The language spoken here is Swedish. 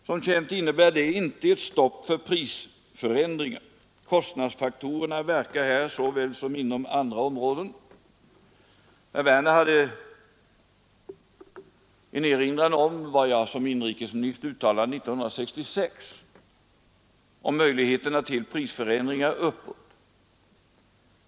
Som känt innebär det inte ett stopp för prisförändringar. Kostnadsfaktorerna verkar här såväl som inom andra områden. Herr Werner gjorde en erinran om vad jag som inrikesminister uttalade 1966 om möjligheterna till prisförändringar uppåt.